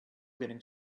getting